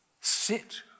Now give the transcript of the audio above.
Sit